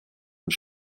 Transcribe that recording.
und